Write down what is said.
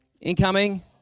Incoming